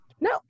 No